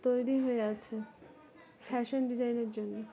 তৈরি হয়ে আছে ফ্যাশন ডিজাইনের জন্য